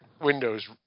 windows